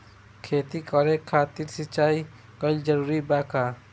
खेती करे खातिर सिंचाई कइल जरूरी बा का?